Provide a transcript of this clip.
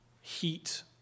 heat